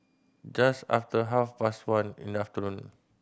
just after half past one in the afternoon